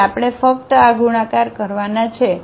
તેથી આપણે ફક્ત આ ગુણાકાર કરવાના છે